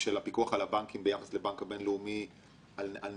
אנחנו רואים כי קיימים דירקטורים שיושבים גם בבנק הבינלאומי וגם אצל